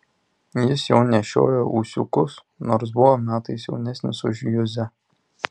jis jau nešiojo ūsiukus nors buvo metais jaunesnis už juzę